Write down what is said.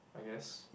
I guess